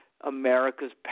America's